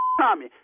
Tommy